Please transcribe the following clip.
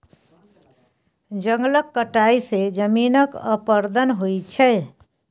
जंगलक कटाई सँ जमीनक अपरदन होइ छै